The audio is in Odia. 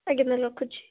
ଆଜ୍ଞା ତା' ହେଲେ ରଖୁଛି